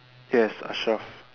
yes Ashraf